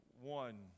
one